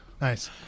Nice